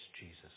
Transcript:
Jesus